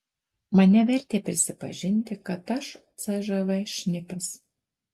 mane vertė prisipažinti kad aš cžv šnipas